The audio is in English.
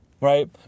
right